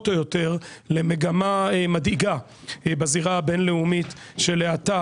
או יותר למגמה מדאיגה בזירה הבינלאומית של האטה